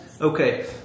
Okay